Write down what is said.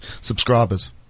subscribers